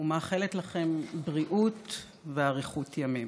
ומאחלת לכם בריאות ואריכות ימים.